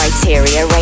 Criteria